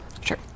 Sure